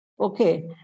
Okay